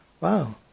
wow